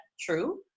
true